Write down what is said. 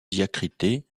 diacrité